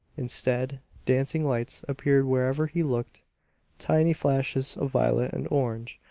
instead, dancing lights appeared wherever he looked tiny flashes of violet and orange,